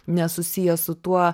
nesusijęs su tuo